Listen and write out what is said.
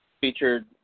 featured